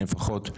לפחות,